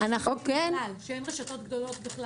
היא אמרה שאין רשתות גדולות בכלל.